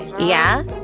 yeah?